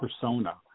persona